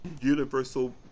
universal